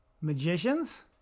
Magicians